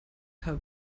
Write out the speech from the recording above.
habe